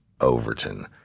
Overton